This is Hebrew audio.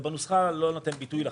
זה בנוסחה לא נותן ביטוי לחלוטין.